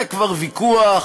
זה כבר ויכוח.